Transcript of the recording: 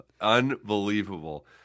Unbelievable